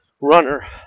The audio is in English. runner